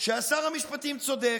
ששר המשפטים צודק.